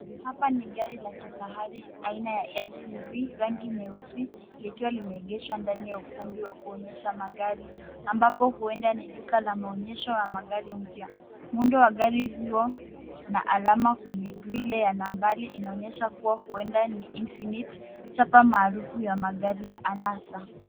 Hapa ni gari la kifahari aina ya SUV rangi nyeusi likiwa limeegeshwa ndani ya ukumbi wa kuonyesha magari ambapo huenda ni duka la maonyesho ya magari mpya. Muundo wa gari hilo na alama kwenye grili ile ya nambari inaonyesha kuwa huenda ni Infinit chapa maarufu ya magari ya anasa.